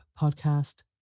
Podcast